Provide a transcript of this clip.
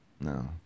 No